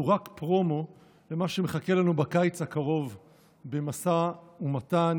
הוא רק פרומו למה שמחכה לנו בקיץ הקרוב במשא ומתן